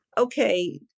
okay